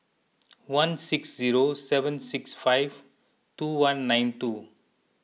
one six zero seven six five two one nine two